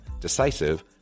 decisive